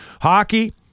Hockey